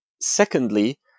secondly